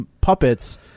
puppets